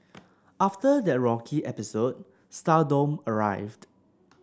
after that rocky episode stardom arrived